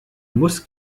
muss